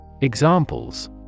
Examples